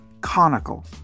conical